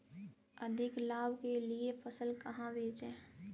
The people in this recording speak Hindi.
अधिक लाभ के लिए फसल कहाँ बेचें?